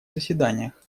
заседаниях